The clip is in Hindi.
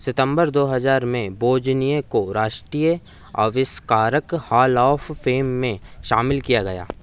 सितम्बर दो हज़ार में वोज़्नियाक को राष्ट्रीय आविष्कारक हॉल ऑफ फेम में शामिल किया गया था